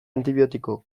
antibiotiko